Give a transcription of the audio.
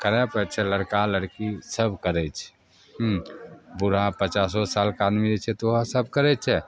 करै पड़ै छै लड़का लड़की सभ करै छै हुँ बूढ़ा पचासो सालके आदमी रहै छै तऽ ओहोसभ करै छै